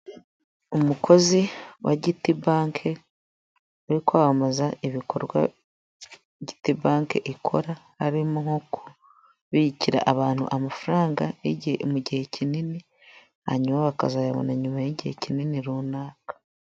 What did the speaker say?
Umukozi wa giti banki yo kwamamaza ibikorwa diti banki ikora arimo nko kubikira abantu amafaranga mu gihe kinini, hanyuma bakazayabona nyuma y'igihe kinini runaka.